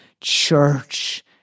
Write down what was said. church